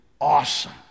awesome